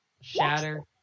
shatter